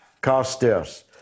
Carstairs